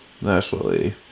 naturally